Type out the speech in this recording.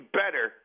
better